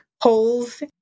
holes